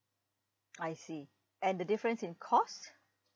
I see and the difference in cost